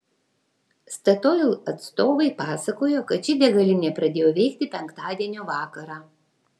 statoil atstovai pasakojo kad ši degalinė pradėjo veikti penktadienio vakarą